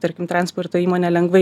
tarkim transporto įmonė lengvai